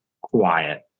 quiet